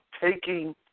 taking